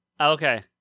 Okay